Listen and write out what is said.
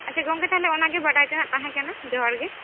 ᱟᱪᱪᱷᱟ ᱜᱚᱢᱠᱮ ᱛᱟᱦᱚᱞᱮ ᱚᱱᱟᱜᱮ ᱵᱟᱰᱟᱭ ᱛᱮᱱᱟᱜ ᱛᱟᱦᱮᱸ ᱠᱟᱱᱟ ᱡᱚᱦᱟᱨ ᱜᱮ